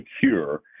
secure